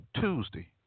Tuesday